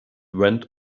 went